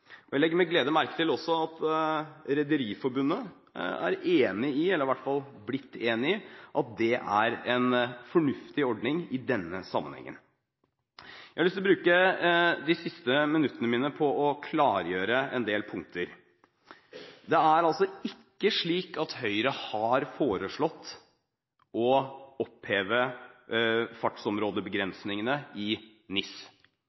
Og jeg legger med glede merke til at Rederiforbundet er enig i – de har iallfall blitt enige – at det er en fornuftig ordning i denne sammenhengen. Jeg har lyst å bruke de siste minuttene mine på å klargjøre en del punkter: Høyre har ikke foreslått å oppheve fartsområdebegrensningene i NIS. Det man har foreslått, er å